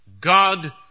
God